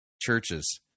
churches